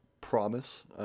promise